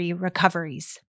recoveries